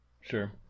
Sure